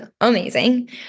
amazing